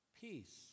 Peace